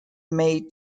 made